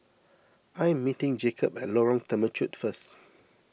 I am meeting Jacob at Lorong Temechut first